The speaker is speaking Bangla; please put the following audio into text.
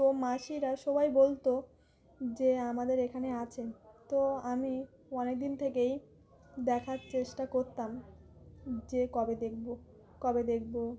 তো মাসিরা সবাই বলতো যে আমাদের এখানে আছেন তো আমি অনেক দিন থেকেই দেখার চেষ্টা করতাম যে কবে দেখবো কবে দেখবো